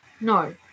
No